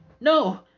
No